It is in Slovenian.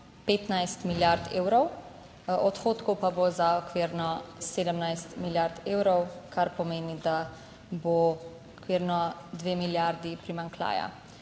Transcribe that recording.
15 milijard evrov, odhodkov pa bo za okvirno 17 milijard evrov, kar pomeni, da bo okvirno dve milijardi primanjkljaja.